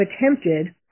attempted